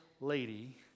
lady